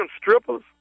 strippers